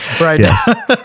Right